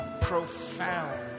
profound